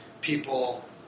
people